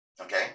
Okay